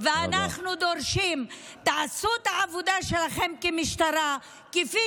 ואנחנו דורשים: תעשו את העבודה שלכם כמשטרה כפי